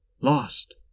Lost